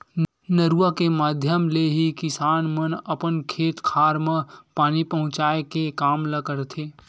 नरूवा के माधियम ले ही किसान मन अपन खेत खार म पानी पहुँचाय के काम ल करथे